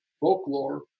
folklore